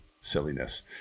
silliness